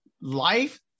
life